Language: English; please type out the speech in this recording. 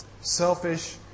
Selfish